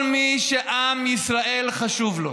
כל מי שעם ישראל חשוב לו,